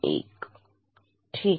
001 ठीक